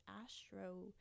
Astro